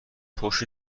پشت